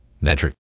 metric